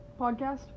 podcast